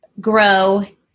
grow